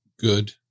good